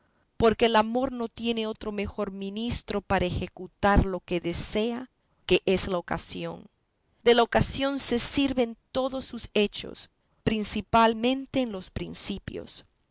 porque el amor no tiene otro mejor ministro para ejecutar lo que desea que es la ocasión de la ocasión se sirve en todos sus hechos principalmente en los principios